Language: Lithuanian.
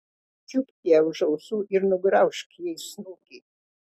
čiupk ją už ausų ir nugraužk jai snukį